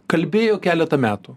kalbėjo keleta metų